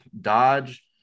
Dodge